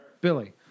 Billy